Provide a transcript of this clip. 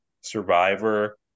Survivor